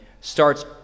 starts